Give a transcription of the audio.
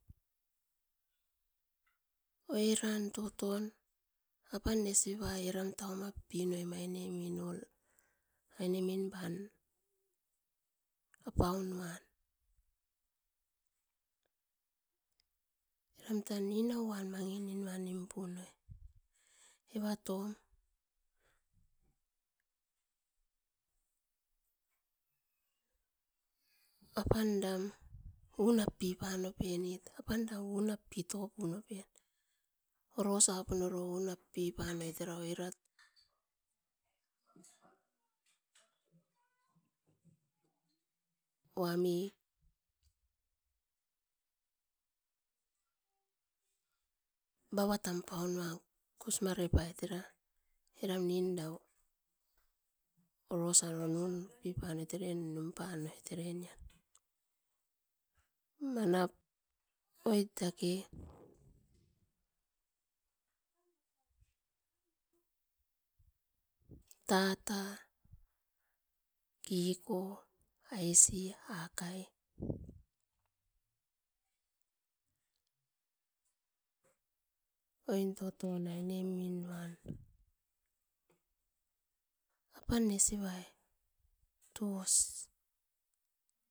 Oiran toton apan nesivai era taumapinoim ainemi no aineminpan or apaunuan eram tan ninauan manginimpunoi evatom, apan dam unapipanopen apan da unapin topoven orosoapun oro ounapipanoit era oirat. Uami bavatam paunuan kosmarepait era eram ninda oh orosan or nimpanoit erenian. Manap oit dake tata, kiko, aisi, akai, oin totomin ainemin uan apan nesivai tos